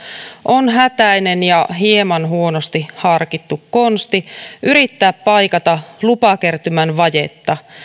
on hätäinen ja hieman huonosti harkittu konsti yrittää paikata lupakertymän vajetta